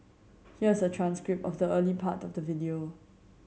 here's a transcript of the early part of the video